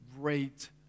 great